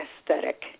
aesthetic